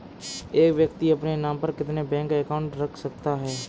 एक व्यक्ति अपने नाम पर कितने बैंक अकाउंट रख सकता है?